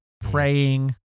praying